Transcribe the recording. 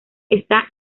está